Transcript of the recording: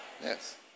yes